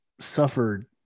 suffered